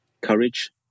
courage